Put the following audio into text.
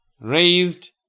Raised